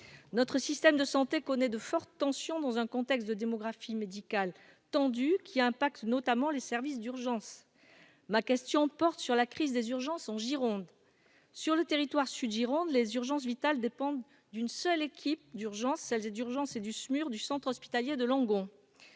notre système de santé connaît de fortes tensions dans un contexte de démographie médicale tendu qui un Pacs, notamment les services d'urgence ma question porte sur la crise des urgences en Gironde sur le territoire sud- Gironde les urgences vitales dépendent d'une seule équipe d'urgence celle d'urgence et du SMUR du centre hospitalier de Langon